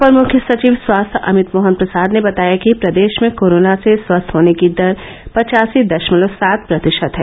अपर मुख्य सचिव स्वास्थ्य अमित मोहन प्रसाद ने बताया कि प्रदेश में कोरोना से स्वस्थ होने की दर पचासी दशमलव सात प्रतिशत है